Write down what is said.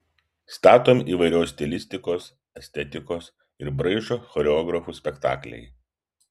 statomi įvairios stilistikos estetikos ir braižo choreografų spektakliai